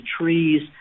trees